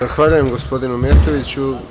Zahvaljujem gospodinu Mijatoviću.